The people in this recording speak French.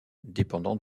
dépendant